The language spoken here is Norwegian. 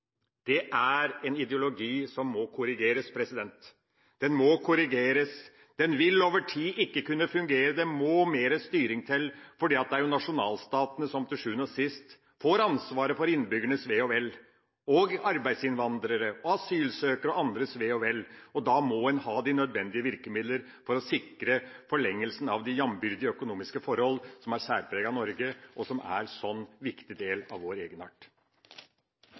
Det er en ideologi som må korrigeres. Den vil over tid ikke kunne fungere, det må mer styring til, for det er nasjonalstatene som til sjuende og sist får ansvaret for innbyggernes, arbeidsinnvandrernes og asylsøkernes ve og vel. Da må man ha de nødvendige virkemidler for å sikre forlengelsen av de jambyrdige økonomiske forhold som særpreger Norge, og som er en viktig del av vår